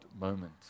moment